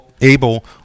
able